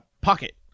pocket